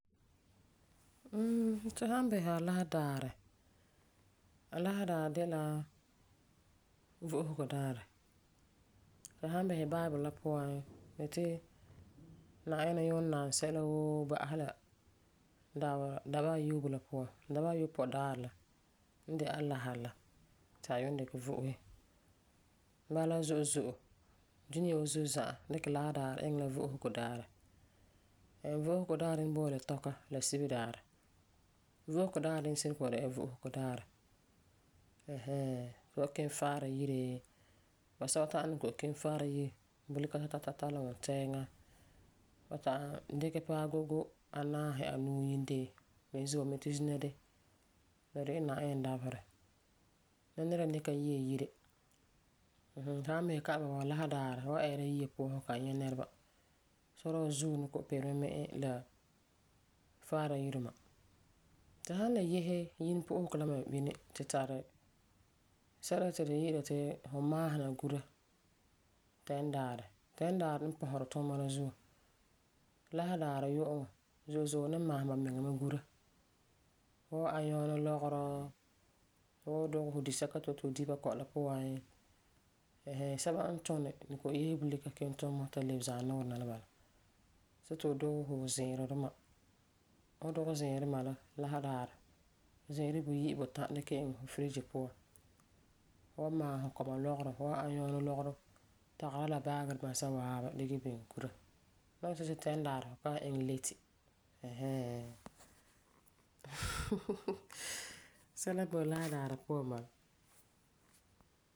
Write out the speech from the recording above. Mm, tu san bisɛ Alaseredaarɛ, Alaseredaarɛ de la vo'osego daarɛ. Tu san bisa bible la puan, ba yeti Na'ayinɛ yuum maalɛ sɛla woo ba'asɛ la dabe, dabesa ayoobi la puan. Dabesa ayopɔi daarɛ la n de Alaserɛ la, ti a yuun dikɛ vo'ose. Bala la zo'e zo'e dunia wa zuo za'a di Laseredaarɛ ti di dɛna la vo'osego daarɛ. Ɛm, vo'osego daarɛ la me boi di tɔka la Sibedaarɛ. Vo'osego daarɛ dini sirum kɔ'ɔm dɛna la vo'osego daarɛ. Tu wan kiŋɛ faara yire, basɛba ta'am ni kɔ'ɔm kiŋɛ faara yire ta ta ta la wuntɛɛŋan. Ba ta'am dikɛ paɛ gogo anaasi anuu Yindeon beni zuo ba mi ti zina de, la de'e Na'ayinɛ dabeserɛ. Nɛnɛra ni yee yire. Mm hmm Tu san bisɛ kalam bɔba la Laserɛ daarɛ fu ɛɛra yɛa puan, fu kan nyɛ nɛra. Sadɔɔ zuo ni pirɛ me mi'i la fãara yire duma. Tu san le yese Yi' pu'usegɔ la bini, tu tari sɛla ti ba yi'ira ti fu maasena gura Tɛnidaarɛ. Tɛnidaarɛ n pɔseri tuuma la zuo, Lasedaarɛ yu'uŋɔ zo'e zo'e ni maasum bamiŋa mɛ gura. Fu wan anyɔɔnɛ lɔgerɔ, fu wan dugɛ fu disɛka ti fu yeti fu di bakɔi la puan, ɛɛn hɛɛn, sɛba n tuni ni kɔ'ɔm yese bulika ta lebe zaanuurɛ la n bala. See ti fu dugɛ fu ziirɔ duma. Fu wan dugɛ fu ziirɔ duma la Lasedaarɛ. Ziirɔ buyi buta dikɛ iŋɛ firegi puan. Fu wan maasum kɔma lɔgerɔ, fu wan anyɔɔnɛ lɔgerɔ, tagera la baagi duma za'a waabi dikɛ biŋe gura. La wan iŋɛ se'em ti Tɛnidaarɛ fu kan iŋɛ leti. Ɛɛn hɛɛn sɛla n boi Lasedaarɛ puan n bala.